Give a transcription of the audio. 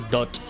Dot